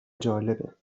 جالبه